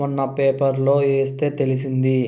మొన్న పేపర్లో ఎస్తే తెలిసింది